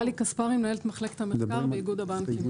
גלי כספרי, מנהלת מחלקת המחקר באיגוד הבנקים.